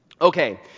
Okay